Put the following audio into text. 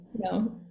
no